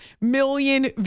million